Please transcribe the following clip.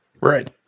Right